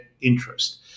interest